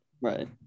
Right